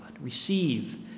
receive